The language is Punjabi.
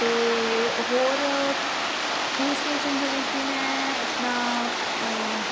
ਅਤੇ ਹੋਰ ਹਿੱਲ ਸਟੇਸ਼ਨ ਜਿਵੇਂ ਕਿ ਮੈਂ ਆਪਣਾ